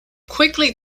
quickly